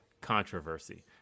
controversy